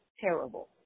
terrible